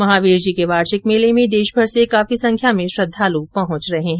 महावीर जी के वार्षिक मेले में देशभर से काफी संख्या में श्रद्वालू पहुंच रहे हैं